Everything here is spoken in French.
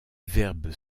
verbes